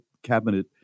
Cabinet